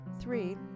Three